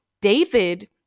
David